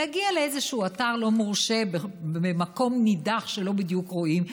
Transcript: להגיע לאיזשהו אתר לא מורשה במקום נידח שלא בדיוק רואים,